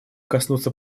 коснуться